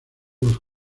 los